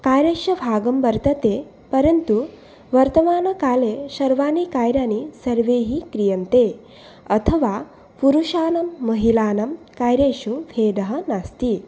कार्यस्य भागं वर्तते परन्तु वर्तमानकाले सर्वाणि कार्याणि सर्वैः क्रियन्ते अथवा पुरुषाणां महिलानां कार्येषु भेदः नास्ति